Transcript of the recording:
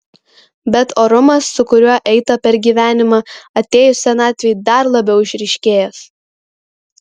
bet orumas su kuriuo eita per gyvenimą atėjus senatvei dar labiau išryškėjęs